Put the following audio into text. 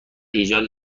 ایجاد